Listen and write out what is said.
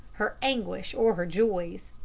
her anguish or her joys.